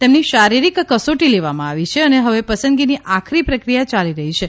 તેમની શારિરીક કસોટી લેવામાં આવી છે ને હવે પસંદગીની આખરી પ્રક્રિયા ચાલી રહી છે